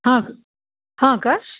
हां हां आकाश